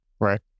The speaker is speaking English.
Right